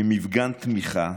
במפגן תמיכה.